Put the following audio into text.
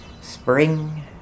Spring